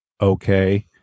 okay